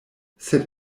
sed